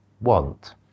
want